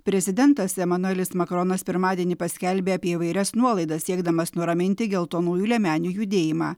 prezidentas emanuelis makronas pirmadienį paskelbė apie įvairias nuolaidas siekdamas nuraminti geltonųjų liemenių judėjimą